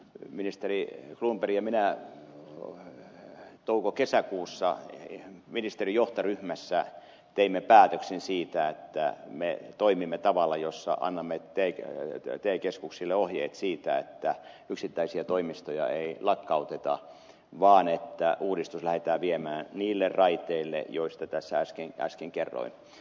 ministeri cronberg ja minä toukokesäkuussa ministerijohtoryhmässä teimme päätöksen siitä että me toimimme tavalla jossa annamme te keskuksille ohjeet siitä että yksittäisiä toimistoja ei lakkauteta vaan että uudistus lähdetään viemään niille raiteille joista tässä äsken kerroin